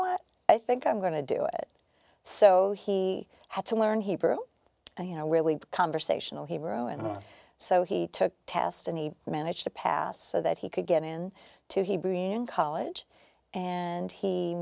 what i think i'm going to do it so he had to learn hebrew you know really conversational hebrew and so he took a test and he managed to pass so that he could get in to hebrew and college and he